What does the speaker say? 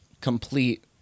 complete